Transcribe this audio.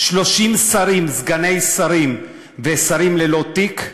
30 שרים, סגני שרים ושרים ללא תיק,